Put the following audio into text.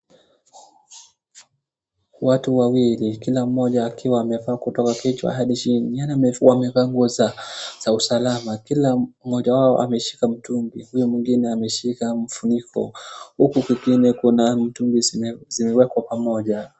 Watu wawili kila mmoja akiwa amevaaa kutoka kichwa hadi chini, wamevaa nguo za usalama. Kila mmoja wao ameshika mtungi huyu mwingine ameshika funiko. Huku kwingine kuna mtungi zimewekwa pamoja.